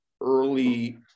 early